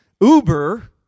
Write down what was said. Uber